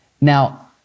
Now